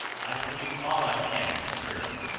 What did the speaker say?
i will do all i can to serve you.